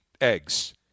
eggs